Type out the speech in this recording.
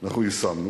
אנחנו יישמנו.